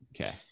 Okay